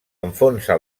enfonsa